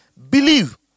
believe